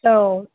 औ